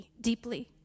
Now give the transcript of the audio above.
deeply